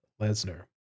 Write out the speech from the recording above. Lesnar